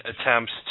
attempts